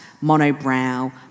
mono-brow